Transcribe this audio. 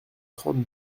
trente